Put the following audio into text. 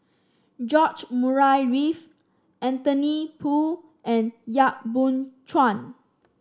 George Murray Reith Anthony Poon and Yap Boon Chuan